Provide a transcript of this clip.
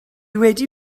wedi